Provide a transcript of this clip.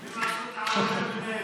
זה בסדר.